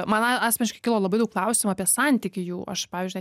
man asmeniškai kilo labai daug klausimų apie santykį jų aš pavyzdžiui